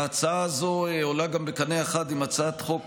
ההצעה הזו גם עולה בקנה אחד עם הצעת חוק